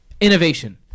innovation